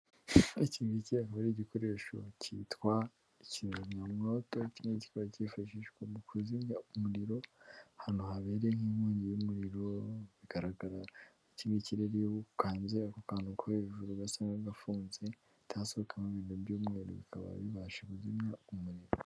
Iki ngiki akaba ari igikoresho kitwa kizimyamoto kinini, kikaba cyifashishwa mu kuzimya umuriro, ahantu habereye inkongi y'umuriro, bigaragara iki ngiki iyo ukanze ako kantu ko hejuru gasa nk'agafunze, hahita hasohokamo ibyuka by'umweru bikaba bibasha kuzimya umuriro.